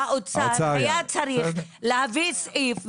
האוצר היה צריך להביא סעיף,